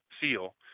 seal